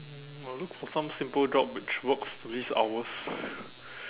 um I'll look for some simple job which works least hours